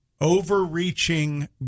overreaching